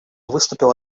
выступил